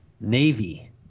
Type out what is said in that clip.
Navy